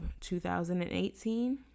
2018